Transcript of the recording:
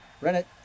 rennet